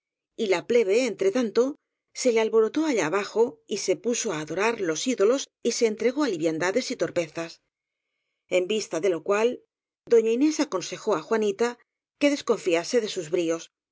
y la plebe entre tanto se le al borotó allá abajo y se puso á adorar los ídolos y se entregó á liviandades y torpezas en vista de lo cual doña inés aconsejó á juanita que desconfiase de sus bríos